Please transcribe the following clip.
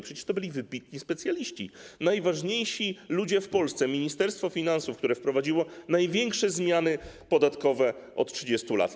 Przecież to byli wybitni specjaliści, najważniejsi ludzie w Polsce, Ministerstwo Finansów, które wprowadziło największe zmiany podatkowe od 30 lat.